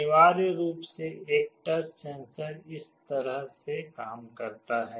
अनिवार्य रूप से एक टच सेंसर इस तरह से काम करता है